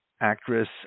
actress